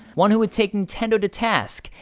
one who would take nintendo to task,